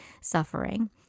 suffering